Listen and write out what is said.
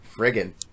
Friggin